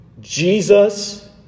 Jesus